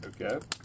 Okay